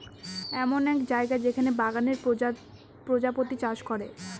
এমন এক জায়গা যেখানে বাগানে প্রজাপতি চাষ করে